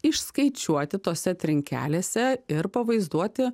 išskaičiuoti tose trinkelėse ir pavaizduoti